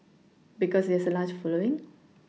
because it's a large following